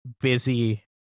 busy